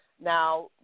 Now